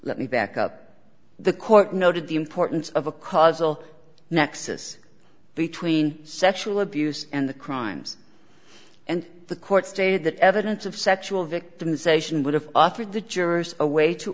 let me back up the court noted the importance of a causal nexus between sexual abuse and the crimes and the court stated that evidence of sexual victimization would have offered the jurors a way to